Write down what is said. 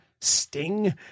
sting